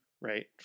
right